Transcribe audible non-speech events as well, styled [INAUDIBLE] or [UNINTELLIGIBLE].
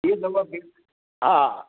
[UNINTELLIGIBLE] हा